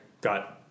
got